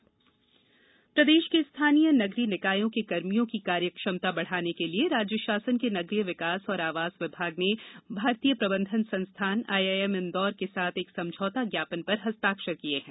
समझौता ज्ञापन प्रदेष के स्थानीय नगरीय निकायों के कर्मियों की कार्य क्षमता बढ़ाने के लिए राज्य षासन के नगरीय विकास और आवास विभाग ने भारतीय प्रबंधन संस्थान आईआईएम इंदौर के साथ एक समझौता ज्ञापन पर हस्ताक्षर किए हैं